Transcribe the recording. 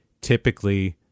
Typically